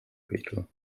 beetle